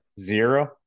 Zero